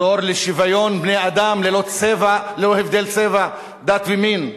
לחתור לשוויון בני-אדם ללא הבדל צבע, דת ומין,